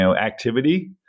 activity